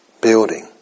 Building